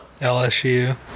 LSU